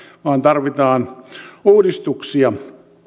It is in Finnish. vaan tarvitaan uudistuksia